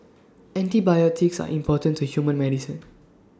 antibiotics are important to human medicine